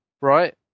right